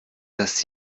dass